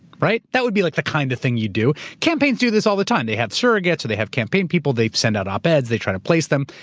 right? that would be like the kind of thing you'd do. campaigns do this all the time. they have surrogates or they have campaign people. they've sent out op-eds. they try to place them.